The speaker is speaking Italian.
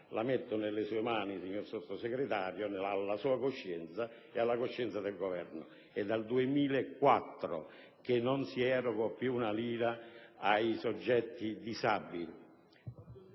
la metto nelle sue mani, signor Vice ministro, alla sua coscienza e a quella del Governo. È dal 2004 che non si eroga più una lira ai soggetti disabili.